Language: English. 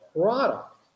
product